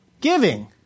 Giving